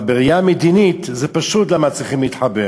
אבל בראייה מדינית זה פשוט למה צריכים להתחבר.